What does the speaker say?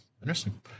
Interesting